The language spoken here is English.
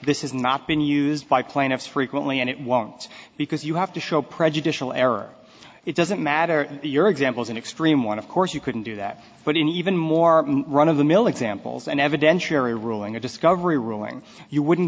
this is not been used by plaintiffs frequently and it won't because you have to show prejudicial error it doesn't matter your examples an extreme one of course you couldn't do that but in even more run of the mill examples an evidentiary ruling or discovery ruling you wouldn't